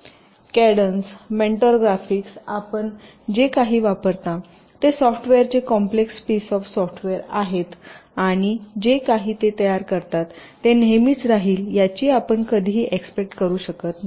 ०२१२ Cadence Mentor Graphics आपण जे काही वापरता ते सॉफ्टवेअरचे कॉम्प्लेक्स पीस ऑफ सॉफ्टवेयर आहेत आणि जे काही ते तयार करतात ते नेहमीच राहील याची आपण कधीही एक्स्पेक्ट करू शकत नाही